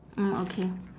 mm okay